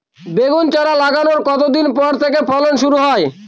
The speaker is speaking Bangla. বেগুন চারা লাগানোর কতদিন পর থেকে ফলন শুরু হয়?